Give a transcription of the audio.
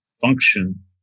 function